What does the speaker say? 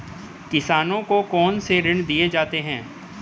किसानों को कौन से ऋण दिए जाते हैं?